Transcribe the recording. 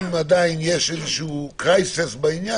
אם עדיין יש משבר בעניין,